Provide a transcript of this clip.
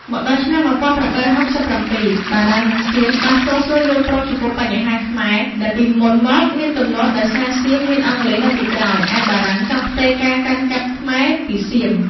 មកដល់ឆ្នាំ១៨៦៧ បារាំងនិងសៀមបានស្រុះស្រួលយល់ព្រមចំពោះបញ្ហាខ្មែរដែល ពីមុនមកមានទំនាស់ ដោយសារសៀមមានអង់គ្លេសនៅពីក្រោយ ឯបារាំងចង់ផ្ទេរការកាន់កាប់ខ្មែរពីសៀម។